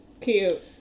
cute